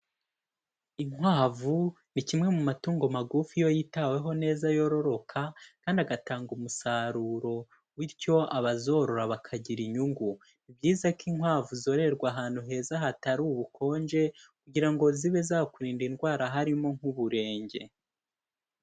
Inkwavu ni kimwe mu matungo magufi iyo yitaweho neza yororoka kandi agatanga umusaruro bityo abazorora bakagira inyungu. Ni byiza ko inkwavu zororerwa ahantu heza hatari ubukonje kugira ngo zibe zakurinda indwara harimo nk'uburenge.